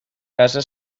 casa